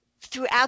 throughout